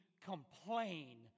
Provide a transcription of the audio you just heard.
complain